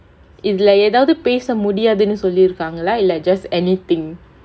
இதுல எதாவது பேச முடியாதுன்னு சொல்லி இருக்காங்கலா இல்ல:ithula ethaavathu pesa mudiyaathunnu solli irukkaangala illa like just anything